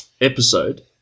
episode